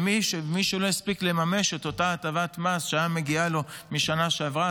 מי שלא הספיק לממש את אותה הטבת מס שמגיעה לו משנה שעברה,